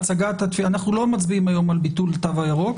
אנחנו לא מצביעים היום על ביטול התו הירוק,